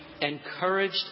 encouraged